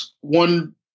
one